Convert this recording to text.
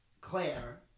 Claire